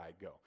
go